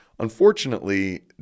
Unfortunately